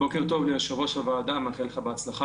בוקר טוב ליושב-ראש הוועדה, אני מאחל לך בהצלחה.